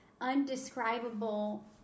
undescribable